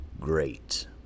Great